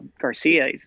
Garcia